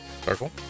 circle